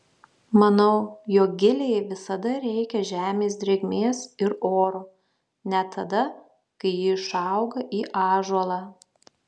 manau jog gilei visada reikia žemės drėgmės ir oro net tada kai ji išauga į ąžuolą